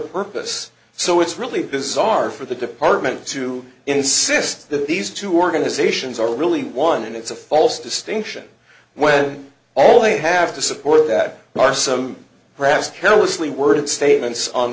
purpose so it's really bizarre for the department to insist that these two organizations are really one and it's a false distinction when all they have to support that are some brass carelessly worded statements on